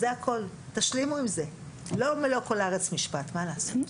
לכאורה נשמע שנכון להשאיר את המונח איתו התחלנו,